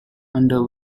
under